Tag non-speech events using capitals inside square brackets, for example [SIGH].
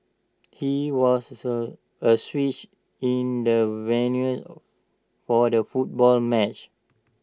he was [UNINTELLIGIBLE] A switch in the venue for the football match